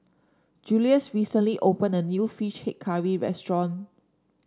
Julius recently opened a new fish head curry restaurant